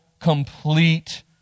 complete